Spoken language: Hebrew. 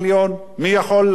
מיליון, מי יכול על זה?